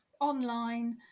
online